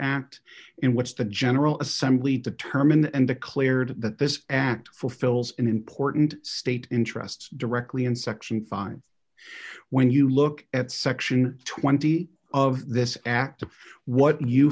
act in which the general assembly determined and the clarity that this act fulfills an important state interest directly in section five when you look at section twenty of this act of what you